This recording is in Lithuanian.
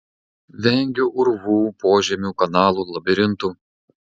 vengiu urvų požemių kanalų labirintų